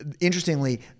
interestingly